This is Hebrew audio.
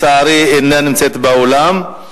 לצערי אינה נמצאת באולם.